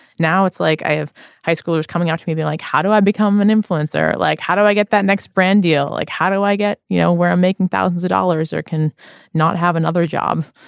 now it's like i have high schoolers coming out to me be like how do i become an influencer. like how do i get that next brand deal. like how do i get you know where i'm making thousands of dollars or can not have another job.